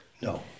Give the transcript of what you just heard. No